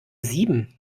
sieben